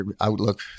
outlook